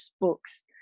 books